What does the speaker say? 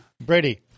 Brady